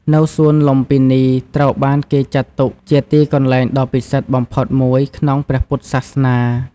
នៅសួនលុម្ពិនី ត្រូវបានគេចាត់ទុកជាទីកន្លែងដ៏ពិសិដ្ឋបំផុតមួយក្នុងព្រះពុទ្ធសាសនា។